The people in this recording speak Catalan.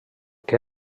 que